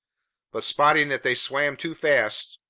but spotting that they swam too fast,